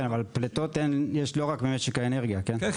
כן אבל פליטות יש לא רק ממשק האנרגיה כן?